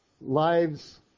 lives